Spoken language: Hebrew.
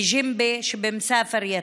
בג'ינבה שבמסאפר יטא.